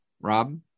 Rob